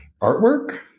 artwork